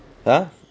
!huh!